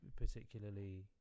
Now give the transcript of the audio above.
particularly